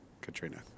Katrina